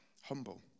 humble